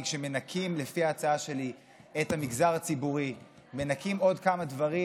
כי כשמנכים לפי ההצעה שלי את המגזר הציבורי ומנכים עוד כמה דברים,